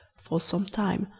for some time,